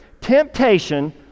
temptation